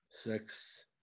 six